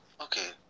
Okay